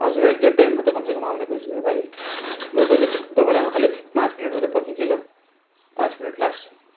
हजुर एकजेक्ट टाइममा त कमसेकम आउने कोसिस गर भाइ ल म जति पनि तपाईँलाई म खाली पाँच मिनट मात्रै पर्खिन्छु है ल पाँच मिनट लास्ट